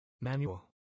manual